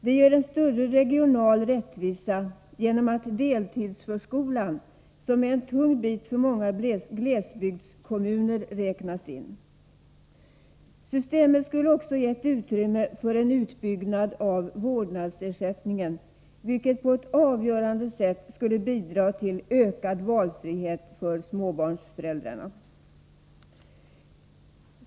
Det ger en större regional rättvisa genom att deltidsförskolan, som är en tung bit för många glesbygdskommuner, räknas in. Systemet skulle också ha gett utrymme för en utbyggnad av vårdnadsersättningen, vilket på ett avgörande sätt skulle bidra till ökad valfrihet för småbarnsföräldrarna.